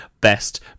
Best